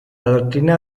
doctrina